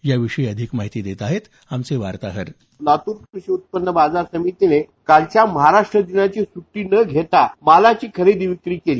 या विषयी अधिक माहिती देत आहेत आमचे वार्ताहर लातूर उत्पन्न बाजार समितीने कालची महाराष्ट्र दिनाची सुट्री न घेता मालाची खरेदी विक्री केली